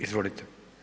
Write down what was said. Izvolite.